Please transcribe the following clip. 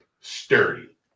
sturdy